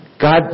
God